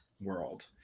world